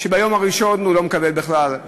שביום הראשון הוא לא מקבל בכלל,